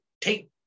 take